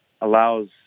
allows